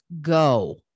go